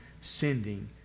sending